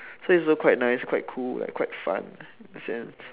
so it's also quite nice quite cool like quite fun